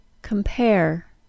compare